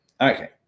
okay